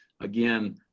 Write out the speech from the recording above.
again